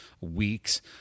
weeks